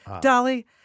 Dolly